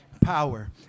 power